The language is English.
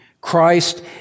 Christ